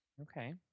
Okay